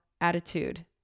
attitude